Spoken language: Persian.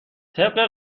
طبق